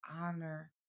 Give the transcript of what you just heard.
honor